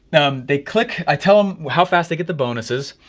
um they click, i tell them how fast they get the bonuses.